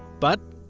but,